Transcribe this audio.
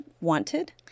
wanted